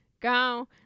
Go